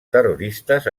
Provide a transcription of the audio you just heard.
terroristes